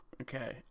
Okay